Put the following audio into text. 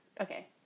Okay